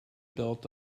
built